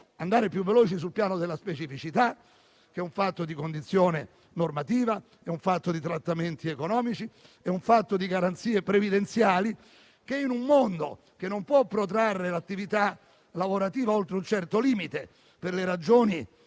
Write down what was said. andare più veloci sul piano della specificità, che è un fatto di condizione normativa, di trattamenti economici e di garanzie previdenziali che, in un mondo in cui non si può protrarre l'attività lavorativa oltre un certo limite, per le ragioni